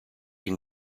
can